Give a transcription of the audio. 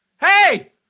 hey